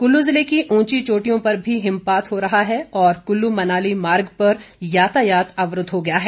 कुल्लू ज़िले की उंची चोटियों पर भी हिमपात हो रहा है और कुल्लू मनाली मार्ग पर यातायात अवरूद्व हो गया है